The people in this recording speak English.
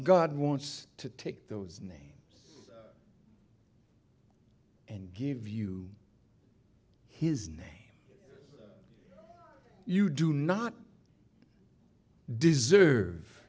god wants to take those names and give you his name you do not deserve